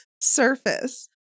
surface